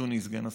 אדוני סגן השר: